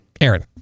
Aaron